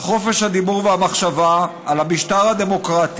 על חופש הדיבור והמחשבה על המשטר הדמוקרטי,